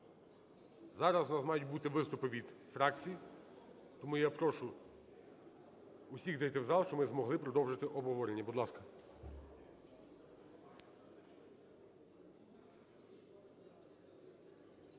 Зараз в нас мають бути виступи від фракцій, тому я прошу усіх зайти в зал, щоб ми змогли продовжити обговорення. Будь ласка.